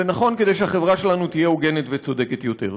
זה נכון כדי שהחברה שלנו תהיה הוגנת וצודקת יותר.